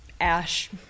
ash